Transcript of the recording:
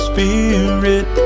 Spirit